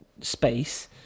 space